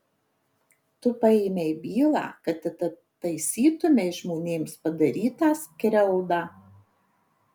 tu paėmei bylą kad atitaisytumei žmonėms padarytą skriaudą